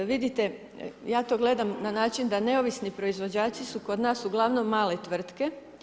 Vidite, ja to gledam na način da neovisni proizvođači su kod nas uglavnom male tvrtke.